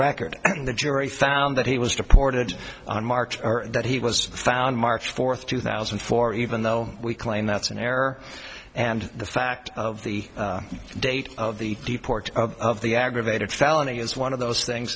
record the jury found that he was deported on march that he was found march fourth two thousand and four even though we claim that's an error and the fact of the date of the deport of the aggravated felony is one of those things